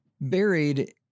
buried